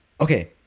Okay